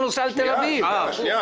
שלום לכולם,